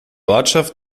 ortschaft